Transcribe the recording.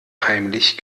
heimlich